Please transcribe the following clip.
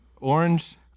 Orange